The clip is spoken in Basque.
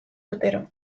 urtero